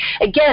again